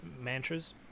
mantras